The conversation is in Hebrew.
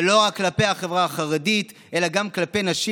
זה לא רק כלפי החברה החרדית אלא גם כלפי נשים,